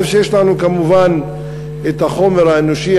שיש לנו כמובן את החומר האנושי.